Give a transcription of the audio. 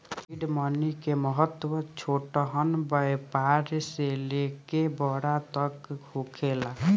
seed money के महत्व छोटहन व्यापार से लेके बड़का तक होखेला